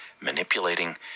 manipulating